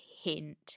hint